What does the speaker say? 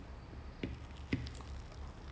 so it's a story about that lah